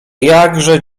jakże